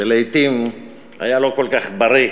שלעתים היה לא כל כך בריא,